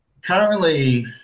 currently